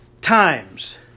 times